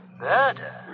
Murder